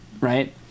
right